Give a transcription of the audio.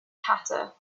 hatter